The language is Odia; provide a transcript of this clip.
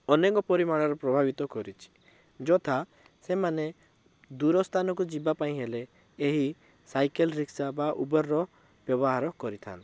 ଅନେକ ପରିମାଣରେ ପ୍ରଭାବିତ କରୁଛି ଯଥା ସେମାନେ ଦୂର ସ୍ଥାନକୁ ଯିବା ପାଇଁ ହେଲେ ଏହି ସାଇକେଲ୍ ରିକ୍ସା ବା ଉବେରର ବ୍ୟବହାର କରିଥାଆନ୍ତି